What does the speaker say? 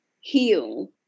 heal